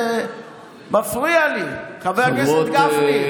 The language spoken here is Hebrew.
זה מפריע לי, חבר הכנסת גפני.